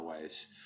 ways